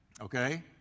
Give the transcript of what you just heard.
Okay